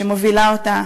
שמובילה אותה